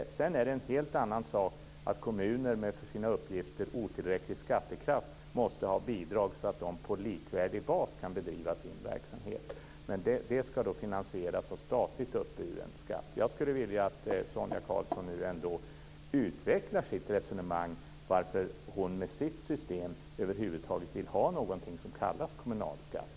Sedan är det en helt annan sak att kommuner med en för sina uppgifter otillräcklig skattekraft måste ha bidrag så att de på en likvärdig bas kan bedriva sin verksamhet. Det ska då finansieras av statligt uppburen skatt. Jag skulle vilja att Sonia Karlsson utvecklade sitt resonemang om varför hon med sitt system över huvud taget vill ha något som kallas för kommunalskatt.